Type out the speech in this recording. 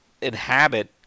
Inhabit